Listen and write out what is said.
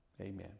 Amen